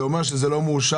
זה אומר שזה לא מאושר?